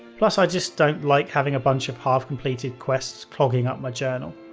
plus, i just don't like having a bunch of half-completed quests clogging up my journal.